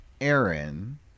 Aaron